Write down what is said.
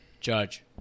Judge